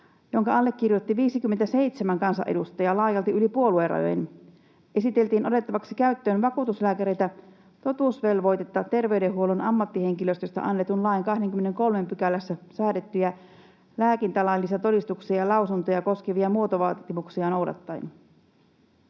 jonka allekirjoitti 57 kansanedustajaa laajalti yli puoluerajojen, esitettiin otettavaksi käyttöön vakuutuslääkäreiden totuusvelvoite terveydenhuollon ammattihenkilöstöstä annetun lain 23 §:ssä säädettyjä lääkintälaillisia todistuksia ja lausuntoja koskevia muotovaatimuksia noudattaen.